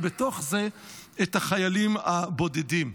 ובתוך זה את החיילים הבודדים.